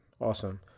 Awesome